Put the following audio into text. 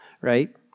right